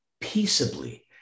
peaceably